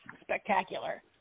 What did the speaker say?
spectacular